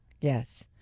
Yes